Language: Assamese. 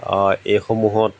অঁ এই সমূহত